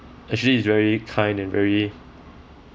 actually is very kind and very